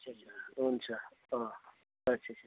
अच्छा अच्छा हुन्छ अच्छा अच्छा